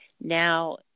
now